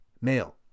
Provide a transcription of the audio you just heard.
male